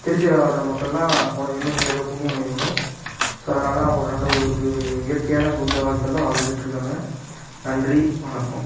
திருச்சியில் வாழ்கிற மக்கள்லாம் போன ஜென்மத்தில் ஏதோ புண்ணியம் பண்ணியிருக்கணும் ஸோ அதனால தான் அவங்க ஒரு நல்ல ஒரு இப்படி ஒரு இயற்கையான சூழ்ந்த வாழ்க்கையில் வாழ்ந்துட்டுருக்காங்க நன்றி வணக்கம்